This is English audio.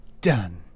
done